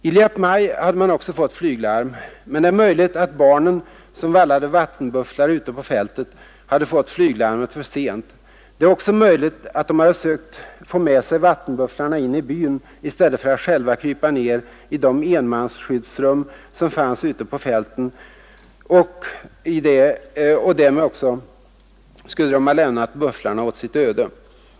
I Liep Mai hade man också fått flyglarm, men det är möjligt att barnen, som vallade vattenbufflar ute på fältet, hade fått flyglarmet för sent. Det är också möjligt att de hade sökt få med sig vattenbufflarna in i byn i stället för att själva krypa ner i de enmansskyddsrum som fanns ute på fälten och lämna bufflarna åt sitt öde.